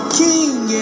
king